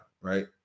right